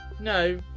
No